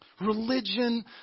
religion